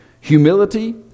Humility